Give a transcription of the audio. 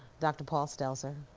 dr. paul stelzer,